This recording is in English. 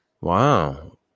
Wow